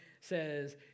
says